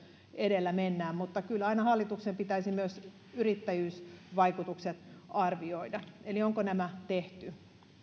edellä mennään mutta kyllä aina hallituksen pitäisi myös yrittäjyysvaikutukset arvioida eli onko tämä tehty